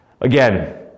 Again